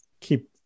keep